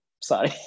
sorry